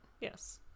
yes